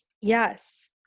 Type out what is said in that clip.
Yes